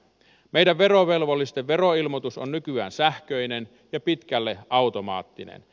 meidän verovelvollisten veroilmoitus on nykyään sähköinen ja pitkälle automaattinen